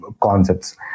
concepts